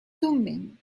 thummim